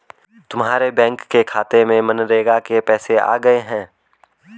तुम्हारे बैंक के खाते में मनरेगा के पैसे आ गए हैं